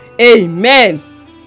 Amen